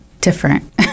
different